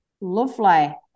lovely